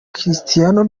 cristiano